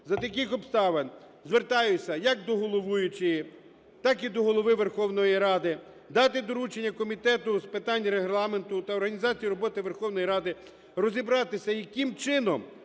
За таких обставин звертаюся як до головуючої, так і до Голови Верховної Ради, дати доручення Комітету з питань Регламенту та організації роботи Верховної Ради розібратися, яким чином